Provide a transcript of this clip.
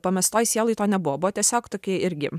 pamestoj sieloj to nebuvo buvo tiesiog tokie ilgi